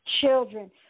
children